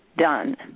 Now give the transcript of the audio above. done